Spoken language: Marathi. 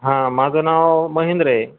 हां माझं नाव महेंद्र आहे